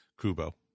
Kubo